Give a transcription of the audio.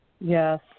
Yes